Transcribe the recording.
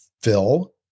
fill